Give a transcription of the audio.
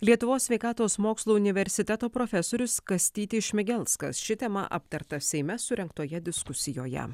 lietuvos sveikatos mokslų universiteto profesorius kastytis šmigelskas ši tema aptarta seime surengtoje diskusijoje